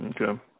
Okay